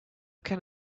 can